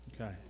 okay